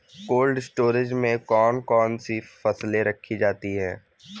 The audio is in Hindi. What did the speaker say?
कोल्ड स्टोरेज में कौन कौन सी फसलें रखी जाती हैं?